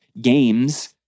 games